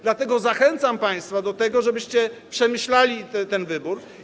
Dlatego zachęcam państwa do tego, żebyście przemyśleli ten wybór.